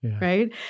right